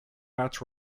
pat